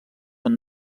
són